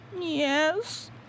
Yes